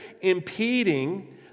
impeding